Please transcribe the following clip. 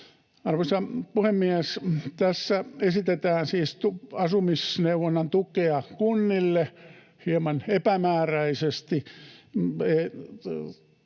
Arvoisa puhemies! Tässä esitetään siis asumisneuvonnan tukea kunnille hieman epämääräisesti.